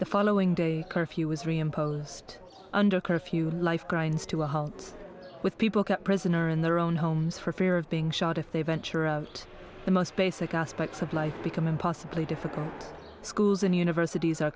the following day curfew is reimposed under curfew life grinds to a halt with people kept prisoner in their own homes for fear of being shot if they venture out the most basic aspects of life become impossibly difficult schools and universities are